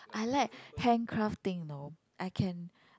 I like handcraft thing you know I can